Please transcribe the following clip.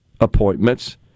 appointments